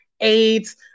AIDS